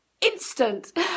instant